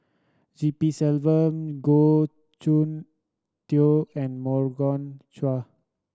G P Selvam Goh Soon Tioe and Morgan Chua